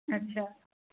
अच्छा